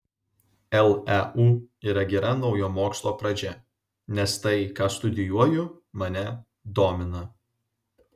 leu yra gera naujo mokslo pradžia nes tai ką studijuoju mane domina